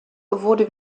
wurde